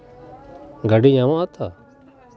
ᱜᱟᱹᱰᱤ ᱧᱟᱢᱚᱜ ᱟᱛᱚ